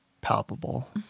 palpable